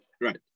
Right